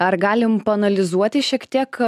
ar galim paanalizuoti šiek tiek